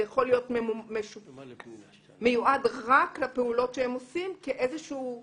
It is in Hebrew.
זה יכול להיות מיועד רק לפעולות שהם עושים כאיזשהו בונוס,